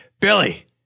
Billy